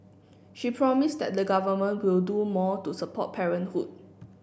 she promised that the Government will do more to support parenthood